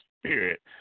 spirit